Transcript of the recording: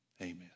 amen